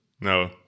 no